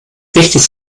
richtig